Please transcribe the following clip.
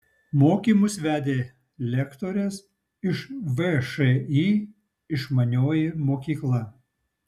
mokymus vedė lektorės iš všį išmanioji mokykla